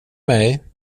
mig